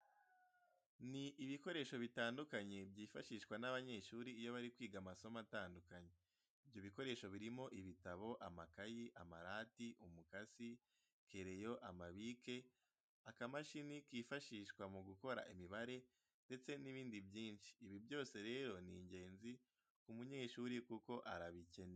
Ni ibikoresho bitandukanye byifashishwa n'abanyeshuri iyo bari kwiga amasomo atandukanye. Ibyo bikoresho birimo ibitabo, amakayi, amarati, umukasi, kereyo, amabike, akamashini kifashishwa mu gukora imibare ndetse n'ibindi byinshi. Ibi byose rero ni ingenzi ku munyeshuri kuko arabikenera.